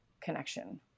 connection